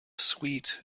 sweet